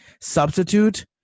substitute